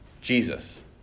Jesus